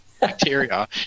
bacteria